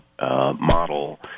model